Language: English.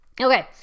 Okay